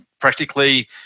practically